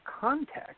context